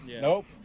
Nope